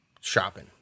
shopping